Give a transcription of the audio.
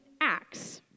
Acts